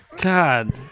God